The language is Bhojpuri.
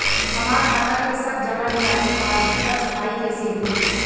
हमार खाता के सब जमा निकासी पासबुक पर छपाई कैसे होई?